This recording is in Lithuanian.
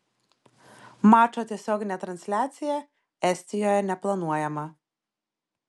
mačo tiesioginė transliacija estijoje neplanuojama